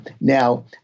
Now